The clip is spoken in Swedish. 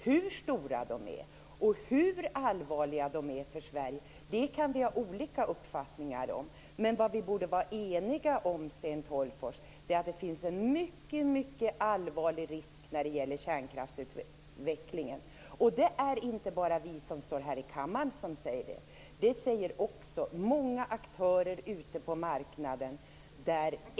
Hur stora de är och hur allvarliga de är för Sverige kan vi ha olika uppfattningar om. Men vi borde vara eniga om, Sten Tolgfors, att det finns en mycket allvarlig risk när det gäller kärnkraftsutvecklingen. Det är inte bara vi som står här i kammaren som säger det. Det säger också många aktörer ute på marknaden.